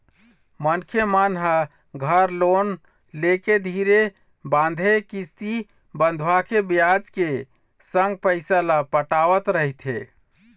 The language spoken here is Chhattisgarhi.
मनखे मन ह घर लोन लेके धीरे बांधे किस्ती बंधवाके बियाज के संग पइसा ल पटावत रहिथे